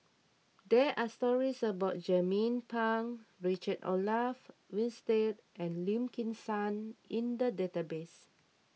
there are stories about Jernnine Pang Richard Olaf Winstedt and Lim Kim San in the database